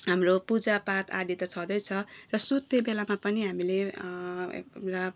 हाम्रो पूजापाठ आदि त छँदै छ र सुत्ने बेलामा पनि हामीले एउटा